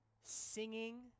singing